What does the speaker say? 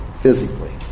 physically